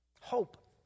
Hope